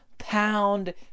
pound